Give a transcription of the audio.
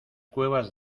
cuevas